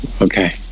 Okay